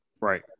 right